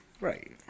Right